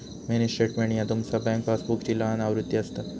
mini statement ह्या तुमचा bank पासबुकची लहान आवृत्ती असता